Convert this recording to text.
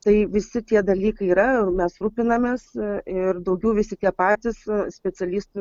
tai visi tie dalykai yra ir mes rūpinamės ir daugiau visi tie patys specialistų